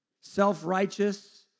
self-righteous